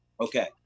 okay